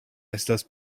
estas